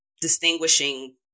distinguishing